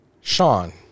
Sean